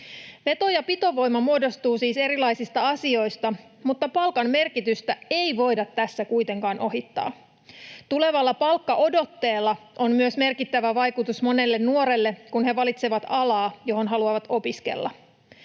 Veto- ja pitovoima muodostuu siis erilaisista asioista, mutta palkan merkitystä ei voida tässä kuitenkaan ohittaa. Tulevalla palkkaodotteella on myös merkittävä vaikutus monelle nuorelle, kun he valitsevat alaa, johon haluavat opiskella.